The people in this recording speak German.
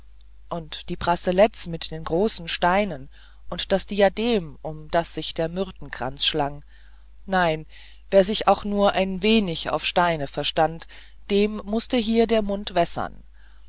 und die bracelets mit den großen steinen und das diadem um das sich der myrtenkranz schlang nein wer sich auch nur ein wenig auf steine verstand dem mußte hier der mund wässern